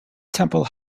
temple